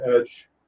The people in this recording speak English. edge